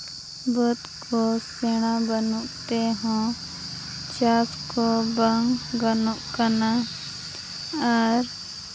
ᱵᱟᱹᱫᱽ ᱠᱚ ᱥᱮᱬᱟ ᱵᱟᱹᱱᱩᱜ ᱛᱮᱦᱚᱸ ᱪᱟᱥ ᱠᱚ ᱵᱟᱝ ᱜᱟᱱᱚᱜ ᱠᱟᱱᱟ ᱟᱨ